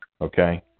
Okay